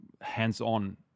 hands-on